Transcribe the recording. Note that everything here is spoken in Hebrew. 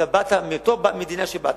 מאותה מדינה שבאת,